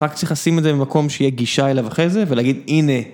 רק צריך לשים את זה במקום שיהיה גישה אליו אחרי זה ולהגיד, הנה.